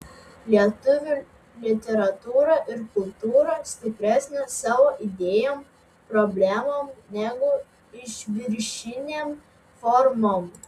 lietuvių literatūra ir kultūra stipresnė savo idėjom problemom negu išviršinėm formom